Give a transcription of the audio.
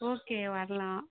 okay வர்லாம்